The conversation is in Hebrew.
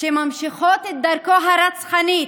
שממשיכות את דרכו הרצחנית,